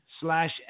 slash